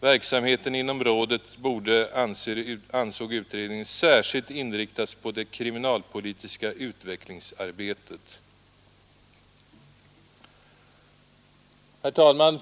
Verksamheten inom rådet borde, ansåg utredningen, särskilt inriktas på det kriminalpolitiska utvecklingsarbetet. Herr talman!